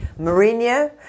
Mourinho